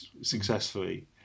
successfully